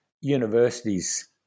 universities